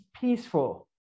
peaceful